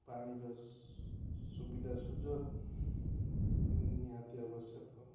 ପାଣିର ସୁବିଧା ସୁଯୋଗ ନିହାତି ଆବଶ୍ୟକ